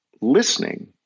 listening